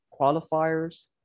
qualifiers